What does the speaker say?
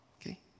Okay